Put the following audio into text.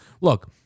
Look